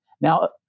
Now